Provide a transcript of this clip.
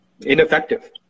ineffective